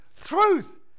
truth